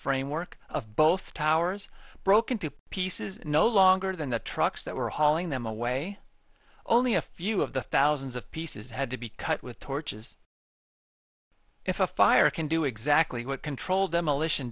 framework of both towers broke into pieces no longer than the trucks that were hauling them away only a few of the thousands of pieces had to be cut with torches if a fire can do exactly what controlled demolition